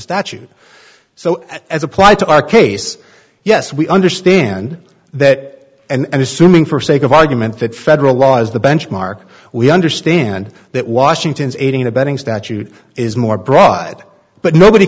statute so as applied to our case yes we understand that and assuming for sake of argument that federal law is the benchmark we understand that washington is aiding and abetting statute is more broad but nobody